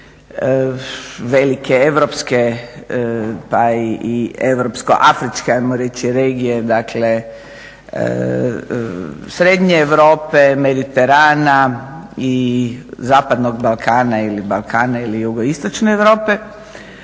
velike europske, pa i europsko afričke, ajmo reći regije, dakle srednje Europe, Mediterana i zapadnog Balkana ili Balkana ili jugoistočne Europe.